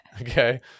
Okay